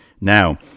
Now